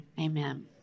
Amen